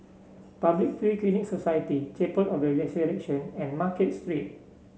Public Free Clinic Society Chapel of The Resurrection and Market Street